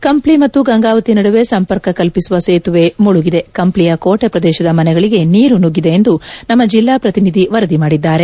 ಕಂಪ್ವಿ ಮತ್ತು ಗಂಗಾವತಿ ನಡುವೆ ಸಂಪರ್ಕ ಕಲ್ಪಿಸುವ ಸೇತುವೆ ಮುಳುಗಿದೆ ಕಂಪ್ಲಿಯ ಕೋಟೆ ಪ್ರದೇಶದ ಮನೆಗಳಿಗೆ ನೀರು ನುಗ್ಗಿದೆ ಎಂದು ನಮ್ಮ ಜಿಲ್ಲಾ ಪ್ರತಿನಿಧಿ ವರದಿ ಮಾಡಿದ್ದಾರೆ